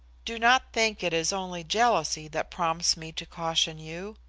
do not think it is only jealousy that prompts me to caution you.